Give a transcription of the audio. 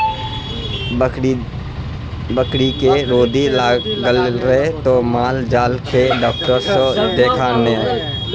बकरीके रौदी लागलौ त माल जाल केर डाक्टर सँ देखा ने